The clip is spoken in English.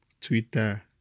Twitter